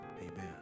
Amen